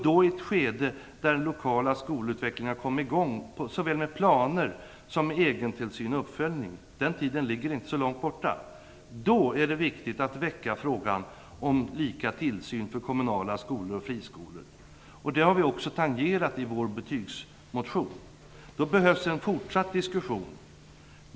Tiden då den lokala skolutvecklingen kom i gång med såväl planer som egen tillsyn och uppföljning ligger inte så långt borta. Det är viktigt att väcka frågan om lika tillsyn för kommunala skolor och friskolor. Detta har vi också tangerat i vår betygsmotion. Det behövs en fortsatt diskussion.